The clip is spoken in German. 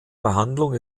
behandlung